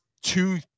two